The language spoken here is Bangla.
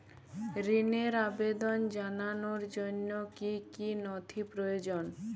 ঋনের আবেদন জানানোর জন্য কী কী নথি প্রয়োজন?